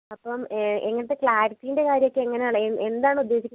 അപ്പം എങ്ങനത്തെ ക്ളാരിറ്റിൻ്റെ കാര്യം ഒക്കെ എങ്ങനെ ആണ് എന്താണ് ഉദ്ദേശിക്കുന്നത്